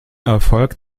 erfolg